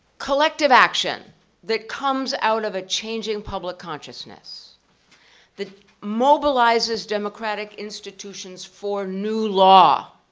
collective action that comes out of a changing public consciousness that mobilizes democratic institutions for new law.